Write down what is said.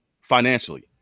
financially